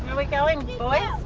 we going boys?